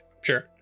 sure